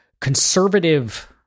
conservative